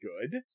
good